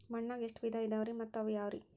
ಮಣ್ಣಾಗ ಎಷ್ಟ ವಿಧ ಇದಾವ್ರಿ ಮತ್ತ ಅವು ಯಾವ್ರೇ?